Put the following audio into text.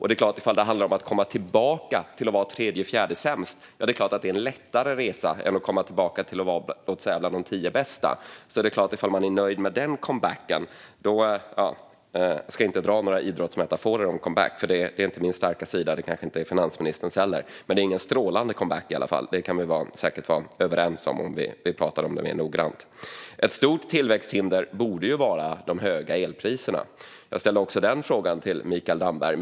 Det är klart att det är en lättare resa att komma tillbaka till att vara tredje eller fjärde sämst än att komma tillbaka till att vara bland de tio bästa. Jag ska inte ägna mig åt några idrottsmetaforer om comebacker - det är inte min starka sida, och det kanske inte är finansministerns starka sida heller - men om vi pratar om detta mer noggrant kan vi säkert vara överens om att det inte är någon strålande comeback. Ett stort tillväxthinder borde vara de höga elpriserna. Jag ställde också den frågan till Mikael Damberg.